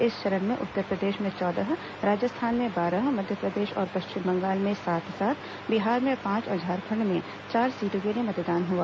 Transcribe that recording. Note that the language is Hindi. इस चरण में उत्तरप्रदेश में चौदह राजस्थान में बारह मध्यप्रदेश और पश्चिम बंगाल में सात सात बिहार में पांच और झारखंड में चार सीटों के लिए मतदान हुआ